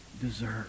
deserve